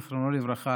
זיכרונו לברכה,